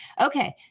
Okay